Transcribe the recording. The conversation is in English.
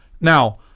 Now